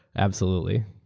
absolutely.